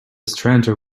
stranger